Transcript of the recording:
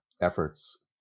efforts